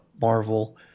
marvel